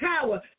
power